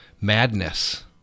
madness